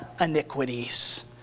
iniquities